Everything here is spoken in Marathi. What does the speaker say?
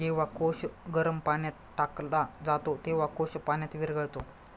जेव्हा कोश गरम पाण्यात टाकला जातो, तेव्हा कोश पाण्यात विरघळतो